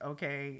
Okay